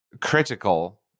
Critical